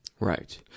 Right